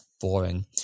boring